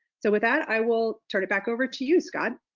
so with that, i will turn it back over to you, scott.